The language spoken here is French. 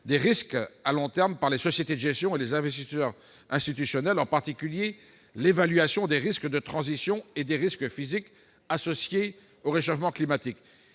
des risques à long terme par les sociétés de gestion et les investisseurs institutionnels, en particulier l'évaluation des risques de transition et des risques physiques associés au réchauffement climatique.